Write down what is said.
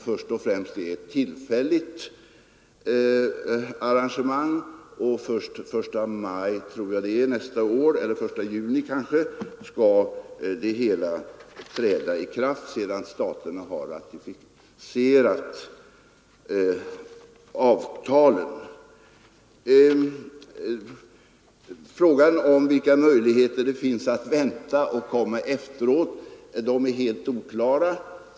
Först och främst är det ju ett tillfälligt arrangemang, och inte förrän den 1 maj nästa år — eller kanske den 1 juni — skall hela programmet träda i kraft, sedan staterna har ratificerat avtalen. Frågan om vilka möjligheter det finns att vänta och komma efteråt är helt oklar.